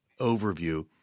overview